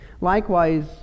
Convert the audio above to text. Likewise